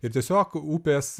ir tiesiog upės